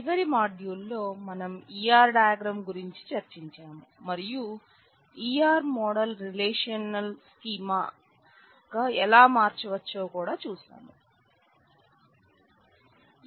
చివరి మాడ్యూల్లో మనం ER డయాగ్రమ్ గురించి చర్చించాము మరియు ER మోడల్ను రిలేషనల్ స్కీమాగా ఎలా మార్చవచ్చో కూడా చూశాము